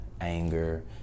anger